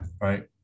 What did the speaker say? right